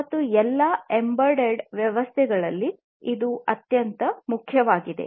ಮತ್ತು ಎಲ್ಲಾ ಎಂಬೆಡೆಡ್ ವ್ಯವಸ್ಥೆಗಳಲ್ಲಿ ಇದು ಅತ್ಯಂತ ಮುಖ್ಯವಾಗಿದೆ